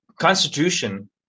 Constitution